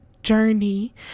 journey